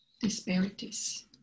disparities